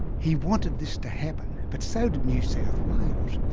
he wanted this to happen but so did new south wales,